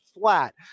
flat